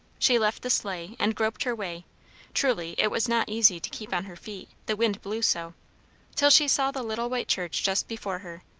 she left the sleigh, and groped her way truly it was not easy to keep on her feet, the wind blew so till she saw the little white church just before her.